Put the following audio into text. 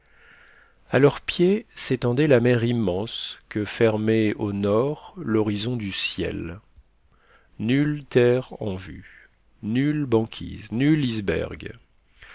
à leurs pieds s'étendait la mer immense que fermait au nord l'horizon du ciel nulle terre en vue nulle banquise nul iceberg